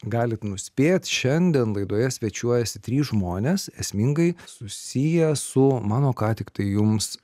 galit nuspėt šiandien laidoje svečiuojasi trys žmonės esmingai susiję su mano ką tiktai jums